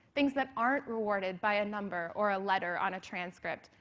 things that aren't rewarded by a number or a letter on a transcript,